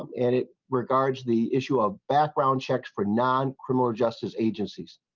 and it regards the issue of background checks for non criminal justice agencies.